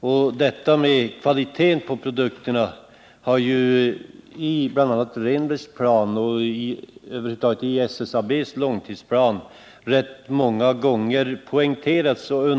Betydelsen av kvaliteten på produkterna har ju i bl.a. Bertil Rehnbergs plan och över huvud taget i SSAB:s långtidsplan rätt ofta poängterats.